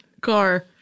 Car